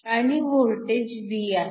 आणि voltage V आहे